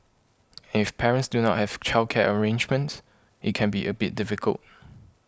and if parents do not have childcare arrangements it can be a bit difficult